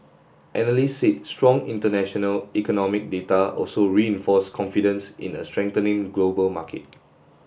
analysts said strong international economic data also reinforced confidence in a strengthening global market